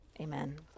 Amen